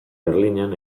berlinen